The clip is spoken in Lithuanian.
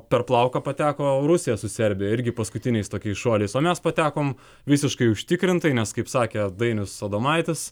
per plauką pateko rusija su serbija irgi paskutiniais tokiais šuoliais o mes patekom visiškai užtikrintai nes kaip sakė dainius adomaitis